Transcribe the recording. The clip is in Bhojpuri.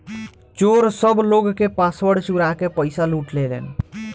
चोर सब लोग के पासवर्ड चुरा के पईसा लूट लेलेन